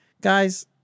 Guys